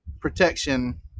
protection